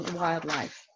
wildlife